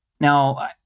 Now